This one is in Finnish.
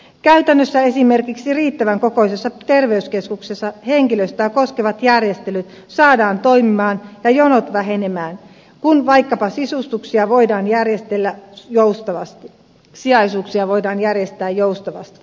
käytännössä esimerkiksi riittävän kokoisessa terveyskeskuksessa henkilöstöä koskevat järjestelyt saadaan toimimaan ja jonot vähenemään kun vaikkapa sijaisuuksia voidaan järjestää joustavasti